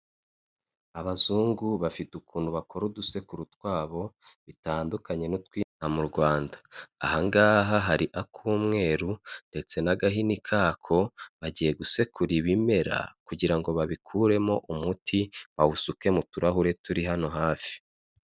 Abazungu bafite ukuntu bakora udusekuru twabo bitandukanye n'utw'inaha mu Rwanda ahangaha hari ak'umweru ndetse n'agahini kako bagiye gusekura ibimera kugira ngo babikuremo umuti bawusuke mu turahure turi hano hafi.